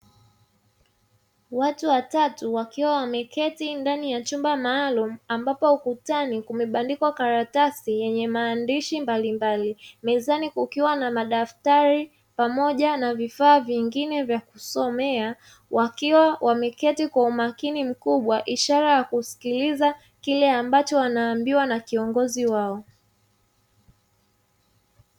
Watu watatu wakiwa wameketi ndani ya chumba maalumu ambapo ukutani kumebandikwa karatasi yenye maandishi mbalimbali, mezani kukiwa na madaftari pamoja na vifaa vingine vya kusomea wakiwa wameketi kwa umakini mkubwa, ishara ya kusikiliza kile ambacho wanaambiwa na kiongozi wao.